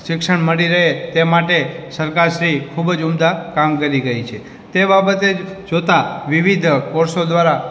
શિક્ષણ મળી રહે તે માટે સરકાર શ્રી ખૂબ જ ઉમદા કામ કરી રહી છે તે બાબતે જોતાં જ વિવિધ કોર્સો દ્વારા